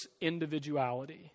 individuality